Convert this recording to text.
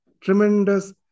tremendous